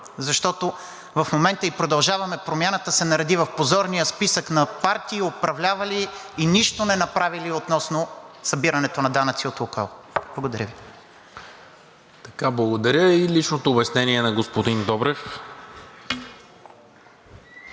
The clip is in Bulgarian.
защото в момента и „Продължаваме Промяната“ се нареди в позорния списък на партии, управлявали и нищо не направили относно събирането на данъци от „Лукойл“. Благодаря Ви. ПРЕДСЕДАТЕЛ НИКОЛА МИНЧЕВ: Благодаря. И личното обяснение на господин Добрев.